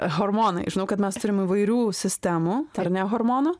hormonai žinau kad mes turim įvairių sistemų ar ne hormonų